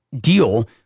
deal